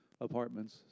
Apartments